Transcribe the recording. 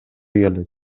келет